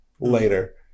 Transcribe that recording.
later